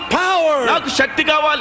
power